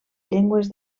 llengües